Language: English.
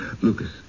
Lucas